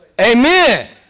Amen